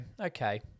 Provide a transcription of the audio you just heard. Okay